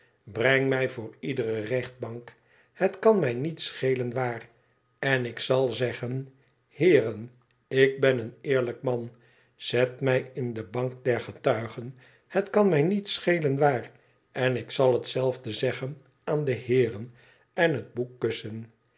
breng mij voor iedere rechtbank het kan mij niet schelen waar en ik zal zeggen heeren ik ben een eerlijk man zet mij in de bank der getuigen het kan mij niet schelen waar en ik zal hetzelfde zeggen aan de heeren en het boek kussen